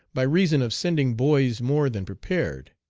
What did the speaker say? by reason of sending boys more than prepared.